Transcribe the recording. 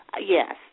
Yes